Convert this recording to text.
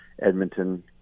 Edmonton